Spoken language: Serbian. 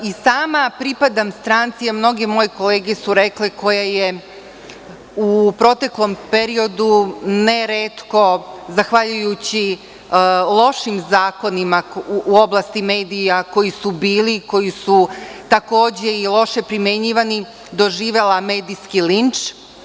I sama pripadam stranci, a mnoge moje kolege su rekle, koja je u proteklom periodu ne retko, zahvaljujući lošim zakonima u oblasti medija koji su bili i koji su takođe loše primenjivani, doživela medijski linč.